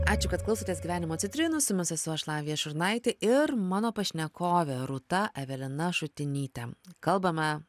ačiū kad klausotės gyvenimo citrinų su jumis esu aš lavija šurnaitė ir mano pašnekovė rūta evelina šutinytė kalbame